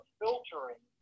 filtering